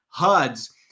Huds